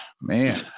man